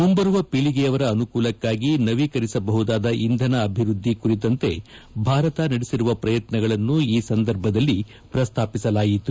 ಮುಂಬರುವ ಪೀಳಿಗೆಯವರ ಅನುಕೂಲಕ್ಕಾಗಿ ನವೀಕರಿಸಬಹುದಾದ ಇಂಧನ ಅಭಿವೃದ್ದಿ ಕುರಿತಂತೆ ಭಾರತ ನಡೆಸಿರುವ ಪ್ರಯತ್ತಗಳನ್ನು ಈ ಸಂದರ್ಭದಲ್ಲಿ ಪ್ರಸ್ತಾಪಿಸಲಾಯಿತು